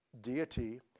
deity